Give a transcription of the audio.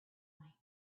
night